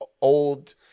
old –